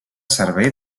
servei